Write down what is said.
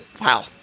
wow